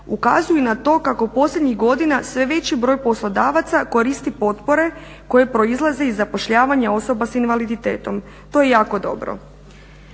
ukazuju na to kako u posljednjih godina sve veći broj poslodavaca koristi potpore koje proizlaze iz zapošljavanja osoba sa invaliditetom. To je jako dobro.